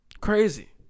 Crazy